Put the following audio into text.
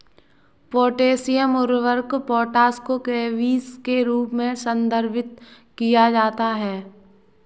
potassium उर्वरक potash को केबीस के रूप में संदर्भित किया जाता है